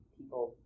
people